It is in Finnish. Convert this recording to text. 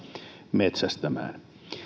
metsästämään